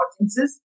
audiences